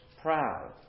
Proud